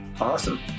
awesome